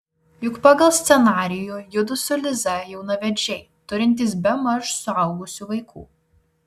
juk pagal scenarijų judu su liza jaunavedžiai turintys bemaž suaugusių vaikų